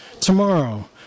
tomorrow